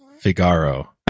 Figaro